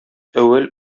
әүвәл